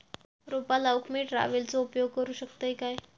रोपा लाऊक मी ट्रावेलचो उपयोग करू शकतय काय?